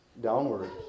downward